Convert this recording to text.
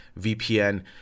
VPN